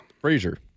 Frazier